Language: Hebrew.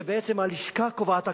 שבעצם הלשכה קובעת הכול.